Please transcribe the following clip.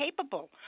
capable